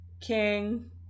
king